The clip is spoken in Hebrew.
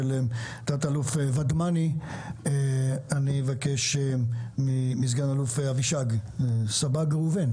אני מבקש מסגן אלוף אבישג סבג ראובן